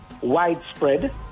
widespread